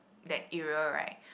that area right